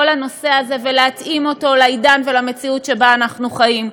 הנושא הזה ולהתאים אותו לעידן ולמציאות שבהם אנחנו חיים.